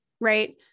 Right